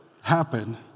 happen